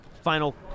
Final